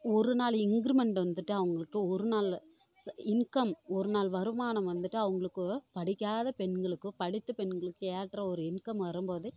ஒரு நாள் இன்கிரிமெண்ட் வந்துட்டு அவங்களுக்கு ஒரு நாள் இன்கம் ஒரு நாள் வருமானம் வந்துட்டு அவங்களுக்கு படிக்காத பெண்களுக்கும் படித்த பெண்களுக்கும் ஏற்ற ஒரு இன்கம் வரும்போது